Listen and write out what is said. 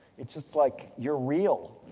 it's just like you're real.